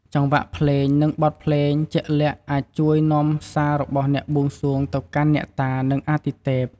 ចង្វាក់ភ្លេង និងបទភ្លេងជាក់លាក់ អាចជួយនាំសាររបស់អ្នកបួងសួងទៅកាន់អ្នកតា និងអាទិទេព។